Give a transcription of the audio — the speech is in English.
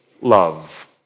love